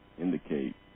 indicate